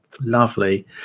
Lovely